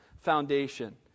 foundation